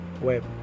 Web